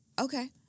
Okay